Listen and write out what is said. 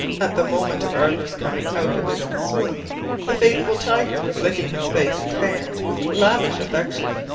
at the moment of arthur's coming out of his swoon the faithful tiger was licking his face and hands with lavish affection.